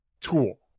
tool